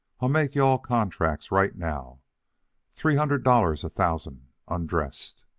i'll make you-all contracts right now three hundred dollars a thousand, undressed.